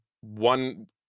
one